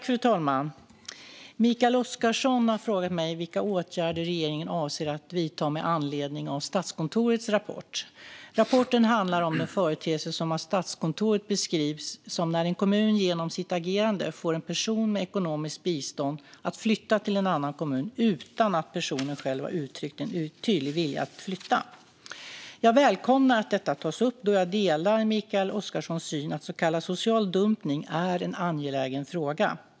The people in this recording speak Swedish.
Fru talman! Mikael Oscarsson har frågat mig vilka åtgärder regeringen avser att vidta med anledning av Statskontorets rapport. Rapporten handlar om den företeelse som av Statskontoret beskrivs som när en kommun genom sitt agerande får en person med ekonomiskt bistånd att flytta till en annan kommun, utan att personen själv har uttryckt en tydlig vilja att flytta. Jag välkomnar att detta tas upp då jag delar Mikael Oscarssons syn att så kallad social dumpning är en angelägen fråga.